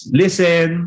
listen